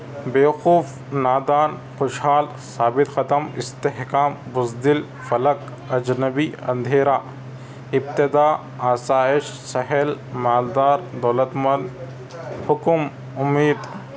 بیوقوف نادان خوشحال ثابت قدم استحکام بُزدل فلک اجنبی اندھیرا ابتداء آسائش سہل مالدار دولت مند حُکم اُمید